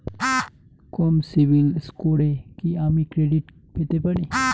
কম সিবিল স্কোরে কি আমি ক্রেডিট পেতে পারি?